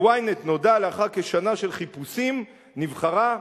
ל-Ynet נודע, לאחר כשנה של חיפושים, נבחרה,